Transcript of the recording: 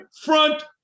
front